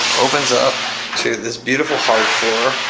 opens up to this beautiful hard floor,